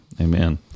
Amen